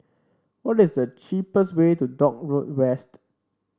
what is the cheapest way to Dock Road West